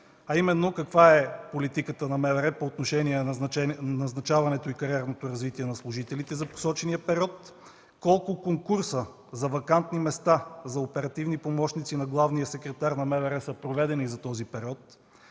питане: каква е политиката на МВР по отношение назначаването и кариерното развитие на служителите за посочения период? Колко конкурса за вакантни места за оперативни помощници на главния секретар на МВР са проведени за този период?